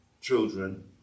children